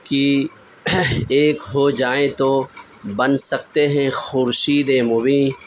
کہ ایک ہو جائیں تو بن سکتے ہیں خورشید مبیں